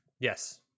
Yes